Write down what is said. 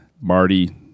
Marty